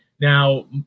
Now